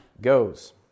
goes